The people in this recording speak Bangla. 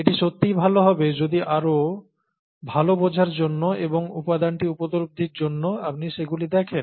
এটি সত্যিই ভাল হবে যদি আরও ভাল বোঝার জন্য এবং উপাদানটি উপলব্ধির জন্য আপনি সেগুলি দেখেন